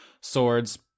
swords